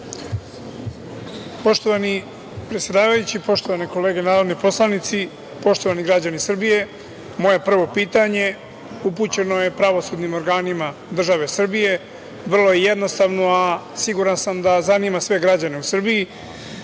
Poštovani predsedavajući, poštovane kolege narodni poslanici, poštovani građani Srbije, moje prvo pitanje upućeno je pravosudnim organima države Srbije, vrlo je jednostavno, a siguran sam da zanima sve građane u Srbiji.